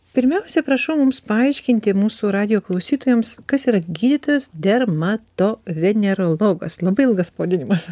pirmiausia prašau mums paaiškinti mūsų radijo klausytojams kas yra gydytojas dermatovenerologas labai ilgas pavadinimas